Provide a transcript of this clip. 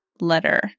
letter